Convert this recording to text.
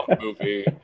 movie